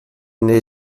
n’ai